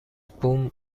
بوووم